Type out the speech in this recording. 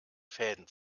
fäden